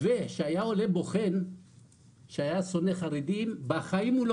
ושהיה עולה בוחן שהיה שונא חרדים בחיים הוא לא